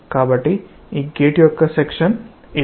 కాబట్టి ఈ గేట్ యొక్క సెక్షన్ ఇది